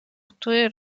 której